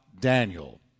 Daniel